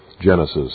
Genesis